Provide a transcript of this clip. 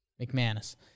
McManus